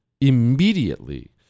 immediately